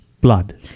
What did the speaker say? blood